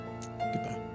goodbye